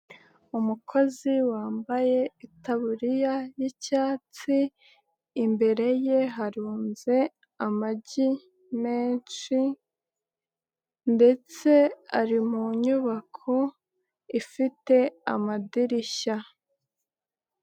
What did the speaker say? Umukozi wambaye itaburiya y'icyatsi, imbere ye harunze amagi menshi ndetse ari mu nyubako ifite amadirishya.